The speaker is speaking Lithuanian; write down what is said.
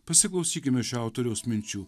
pasiklausykime šio autoriaus minčių